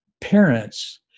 parents